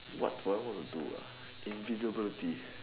what would I want to do ah invisibility